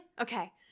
Okay